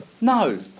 No